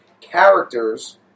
characters